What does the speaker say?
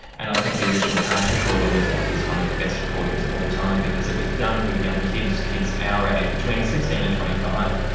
and i think the original cast recording of that is one of the best recordings of all time because it was done with young kids, kids our age, between sixteen and twenty five,